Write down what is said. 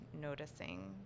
noticing